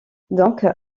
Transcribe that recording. donc